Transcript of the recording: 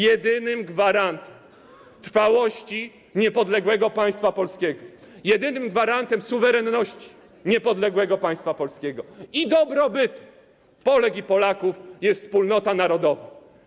Jedynym gwarantem trwałości niepodległego państwa polskiego, jedynym gwarantem suwerenności niepodległego państwa polskiego i dobrobytu Polek i Polaków jest wspólnota narodowa.